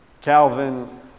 Calvin